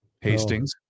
Hastings